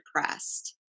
depressed